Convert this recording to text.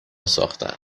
ساختن